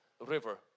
River